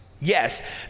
yes